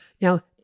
Now